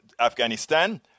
afghanistan